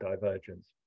divergence